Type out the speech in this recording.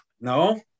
No